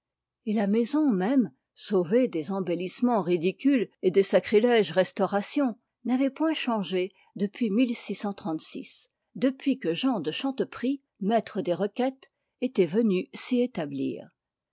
et la maison même sauvée des embellissements ridicules et des sacrilèges restaurations n'avait point changé depuis depuis que jean de chanteprie maître des requêtes était venu s'y établir